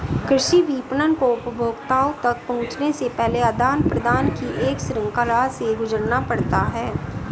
कृषि विपणन को उपभोक्ता तक पहुँचने से पहले आदान प्रदान की एक श्रृंखला से गुजरना पड़ता है